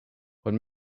when